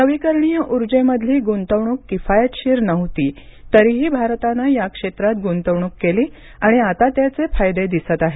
नवीकरणीय ऊर्जेमधली गुंतवणूक किफायतशीर नव्हती तरीही भारतानं या क्षेत्रात गुंतवणूक केली आणि आता त्याचे फायदे दिसत आहेत